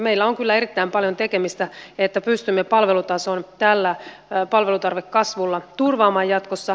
meillä on kyllä erittäin paljon tekemistä että pystymme palvelutason tällä palvelutarvekasvulla turvaamaan jatkossa